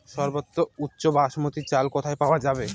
সর্বোওম উচ্চ বাসমতী চাল কোথায় পওয়া যাবে?